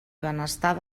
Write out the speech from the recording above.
benestar